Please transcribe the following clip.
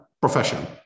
profession